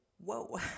whoa